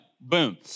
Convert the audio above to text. boom